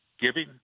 giving